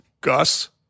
Gus